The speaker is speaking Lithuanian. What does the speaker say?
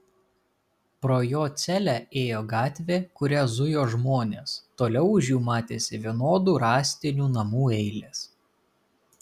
pro jo celę ėjo gatvė kuria zujo žmonės toliau už jų matėsi vienodų rąstinių namų eilės